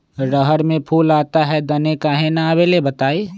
रहर मे फूल आता हैं दने काहे न आबेले बताई?